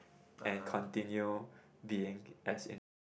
and continue being as involve